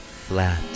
flat